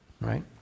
right